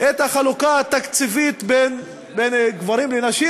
את החלוקה התקציבית בין גברים ונשים,